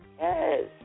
Yes